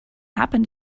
happen